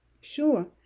Sure